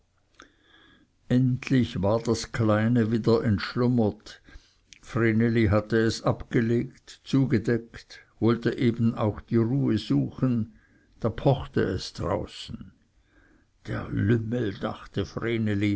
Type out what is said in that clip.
endlich war das kleine wieder entschlummert vreneli hatte es abgelegt zugedeckt wollte eben auch die ruhe suchen da pochte es draußen der lümmel dachte